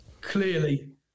clearly